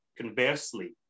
conversely